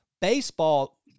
Baseball